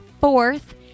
fourth